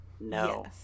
No